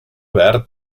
verd